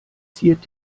ziert